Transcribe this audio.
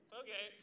okay